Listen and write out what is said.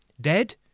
Dead